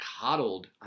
coddled